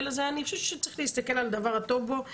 אני חושבת שצריך להסתכל על הדבר הטוב בו.